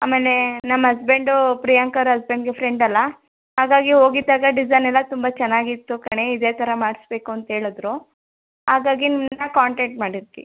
ಆಮೇಲೆ ನಮ್ಮ ಅಸ್ಬೆಂಡು ಪ್ರೀಯಾಂಕ ಅವ್ರ ಅಸ್ಬೆಂಡ್ಗೆ ಫ್ರೆಂಡ್ ಅಲ್ವ ಹಾಗಾಗಿ ಹೋಗಿದ್ದಾಗ ಡಿಸೈನ್ ಎಲ್ಲ ತುಂಬ ಚೆನ್ನಾಗಿತ್ತು ಕಣೆ ಇದೆ ಥರ ಮಾಡಿಸ್ಬೇಕು ಅಂಥೇಳಿದ್ರು ಹಾಗಾಗಿ ನಿಮ್ಮನ್ನ ಕಾಂಟಾಕ್ಟ್ ಮಾಡಿದ್ವಿ